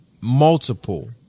multiple